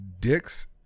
dicks